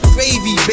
baby